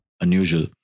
unusual